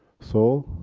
so,